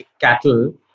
cattle